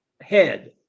Head